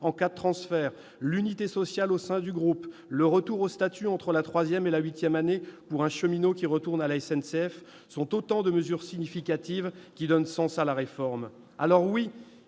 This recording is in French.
cas de transfert, l'unité sociale au sein du groupe, le retour au statut entre la troisième et la huitième année pour un cheminot qui retourne à la SNCF sont autant de mesures significatives qui donnent sens à la réforme. Il est